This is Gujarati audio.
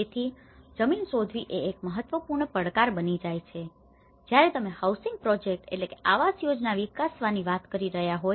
તેથી જમીન શોધવી એ એક મહત્વપૂર્ણ પડકાર બની જાય છે જ્યારે તમે હાઉસિંગ પ્રોજેક્ટ housing project આવાસ યોજના વિકસાવવાની વાત કરી રહ્યા હોય